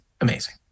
amazing